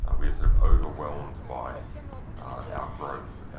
ah we are sort of overwhelmed by our growth,